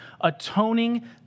atoning